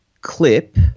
clip